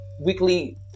weekly